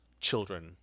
children